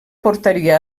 portaria